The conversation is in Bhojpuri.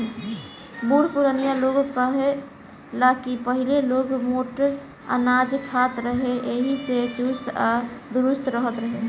बुढ़ पुरानिया लोग कहे ला की पहिले लोग मोट अनाज खात रहे एही से चुस्त आ दुरुस्त रहत रहे